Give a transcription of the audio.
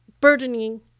burdening